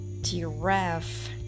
giraffe